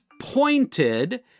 pointed